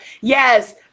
Yes